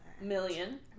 million